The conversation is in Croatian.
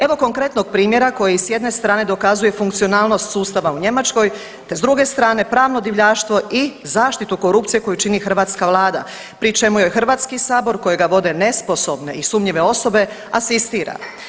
Evo konkretnog primjera koji s jedne strane dokazuje funkcionalnost sustava u Njemačkoj, te s druge strane pravno divljaštvo i zaštitu korupcije koju čini hrvatska Vlada pri čemu je Hrvatski sabor kojega vode nesposobne i sumnjive osobe asistira.